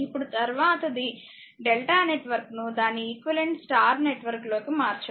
ఇప్పుడుతర్వాతది delta network ను దాని equivalent star network లోకి మార్చడం